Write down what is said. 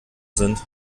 sind